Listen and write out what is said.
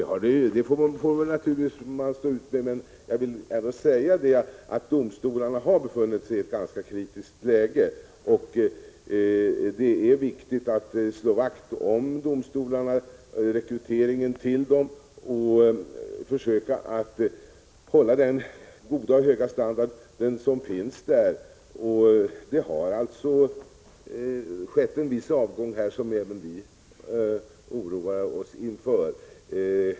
Det får man naturligtvis stå ut med, men jag vill ändå säga att domstolarna har befunnit sig i ett ganska kritiskt läge, och det är viktigt att slå vakt om rekryteringen till domstolarna och försöka bibehålla deras goda och höga standard. Det har skett en viss avgång som även vi oroar oss inför.